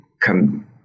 come